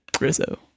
Rizzo